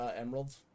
Emeralds